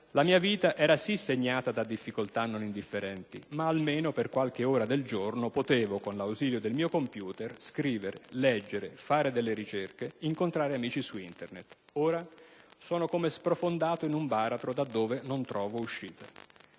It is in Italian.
«la mia vita era sì segnata da difficoltà non indifferenti, ma almeno per qualche ora del giorno potevo, con l'ausilio del mio *computer*, scrivere, leggere, fare delle ricerche, incontrare amici su Internet. Ora sono come sprofondato in un baratro da dove non trovo uscita.